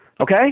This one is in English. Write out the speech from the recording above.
okay